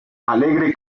alegre